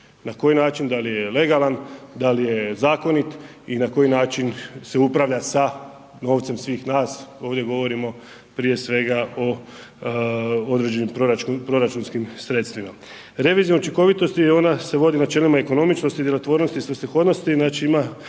na koji način, da li je legalan, da li je zakonit i na koji način se upravlja sa novcem svih nas, ovdje govorimo prije svega o određenim proračunskim sredstvima. Revizija učinkovitosti i ona se vodi načelima ekonomičnosti, djelotvornosti i svrsishodnosti,